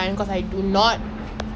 it is what it is right